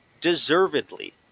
Deservedly